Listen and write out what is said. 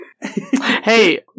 Hey